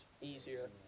easier